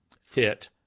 fit